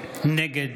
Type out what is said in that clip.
נגד